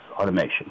automation